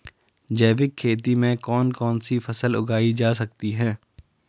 जैविक खेती में कौन कौन सी फसल उगाई जा सकती है?